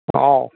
औ